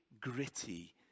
gritty